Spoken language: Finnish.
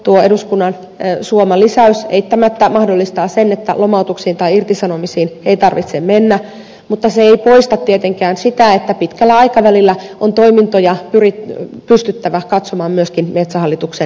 tuo eduskunnan suoma lisäys eittämättä mahdollistaa sen että lomautuksiin tai irtisanomisiin ei tarvitse mennä mutta se ei poista tietenkään sitä että pitkällä aikavälillä on toimintoja pystyttävä katsomaan myöskin metsähallituksen sisällä